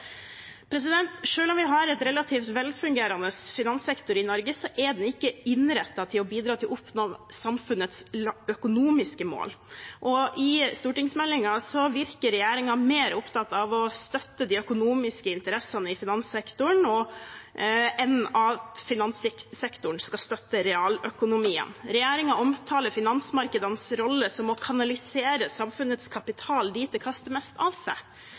om vi har en relativt velfungerende finanssektor i Norge, er den ikke innrettet til å bidra til å oppnå samfunnets økonomiske mål. I stortingsmeldingen virker regjeringen mer opptatt av å støtte de økonomiske interessene i finanssektoren enn av at finanssektoren skal støtte realøkonomien. Regjeringen omtaler finansmarkedenes rolle som å kanalisere samfunnets kapital dit det kaster mest av seg.